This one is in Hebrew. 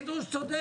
פינדרוס צודק.